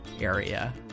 area